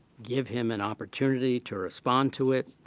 give him an opportunity to respond to it,